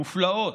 מופלאות.